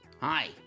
Hi